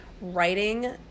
writing